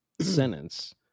sentence